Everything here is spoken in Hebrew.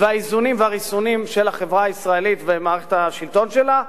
והאיזונים והריסונים של החברה הישראלית ומערכת השלטון שלה,